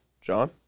John